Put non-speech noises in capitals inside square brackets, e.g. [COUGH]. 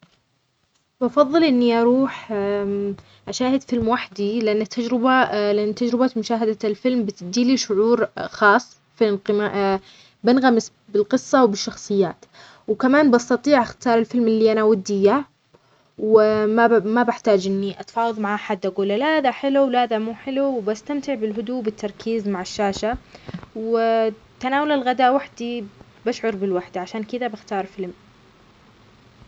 بفضل إني أروح [HESITATION] أشاهد فيلم وحدي، لأن التجربة- لأن تجربة مشاهدة الفيلم بتديلي شعور خاص في القما*بنغمس بالقصة وبالشخصيات، وكمان بستطيع أختار الفيلم اللي أنا ودي إياه و ما ب-ما بحتاج إني أتفاوض مع حد أقوله، لا ده حلو، لا ده مو حلو، وبستمتع بالهدوء، بالتركيز مع الشاشة و تناول الغدا وحدي بشعر بالوحدة، عشان كده بختار فيلم.